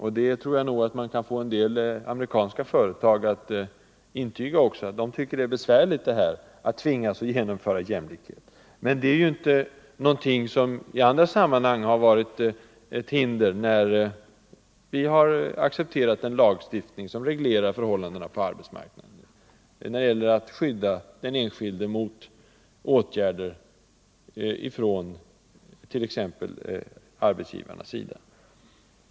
Och jag tror att man kan få en del amerikanska företag att intyga det — de tycker det är besvärligt att tvingas genomföra jämlikhet. Men det är ju inte någonting som i andra sammanhang har varit ett hinder när vi har accepterat en lagstiftning som reglerar förhållandena på arbetsmarknaden och skyddar den enskilde mot åtgärder från t.ex. arbetsgivarnas sida.